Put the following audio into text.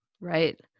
right